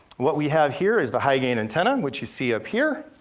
what we have here is the high gain antenna, which you see up here,